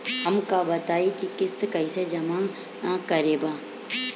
हम का बताई की किस्त कईसे जमा करेम?